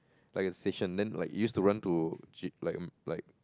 like a station then like used to run to g~ like like